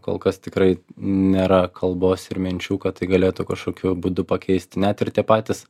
kol kas tikrai nėra kalbos ir minčių kad tai galėtų kažkokiu būdu pakeisti net ir tie patys